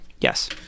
Yes